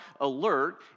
alert